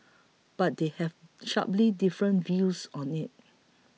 but they have sharply different views on it